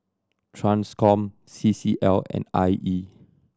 Transcom C C L and I E